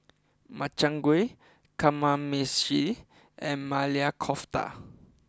Makchang Gui Kamameshi and Maili Kofta